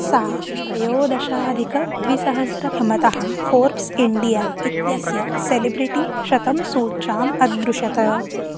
सा त्रयोदशाधिकद्विसहस्रतमतः Forbes India इत्यस्य सेलिब्रिटी शतं सूच्याम् अदृशत